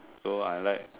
so I like